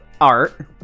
art